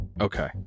Okay